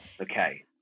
Okay